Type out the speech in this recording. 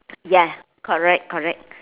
yes correct correct